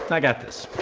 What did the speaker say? i got this.